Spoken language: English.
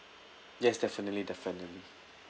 yes definitely definitely